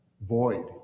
void